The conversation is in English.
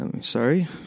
sorry